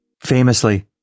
famously